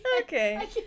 okay